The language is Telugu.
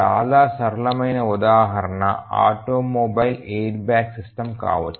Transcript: చాలా సరళమైన ఉదాహరణ ఆటోమొబైల్ ఎయిర్బ్యాగ్ సిస్టమ్ కావచ్చు